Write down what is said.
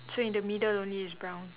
so in the middle only is brown